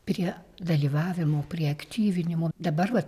prie dalyvavimo prie aktyvinimo dabar vat